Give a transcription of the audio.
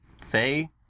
say